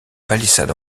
palissade